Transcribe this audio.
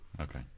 okay